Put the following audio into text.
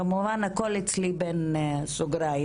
כמובן שהכל אצלי בין סוגריים.